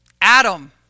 Adam